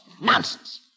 Nonsense